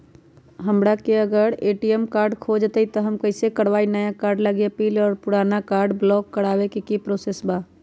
हमरा से अगर ए.टी.एम कार्ड खो जतई तब हम कईसे करवाई नया कार्ड लागी अपील और पुराना कार्ड ब्लॉक करावे के प्रोसेस का बा?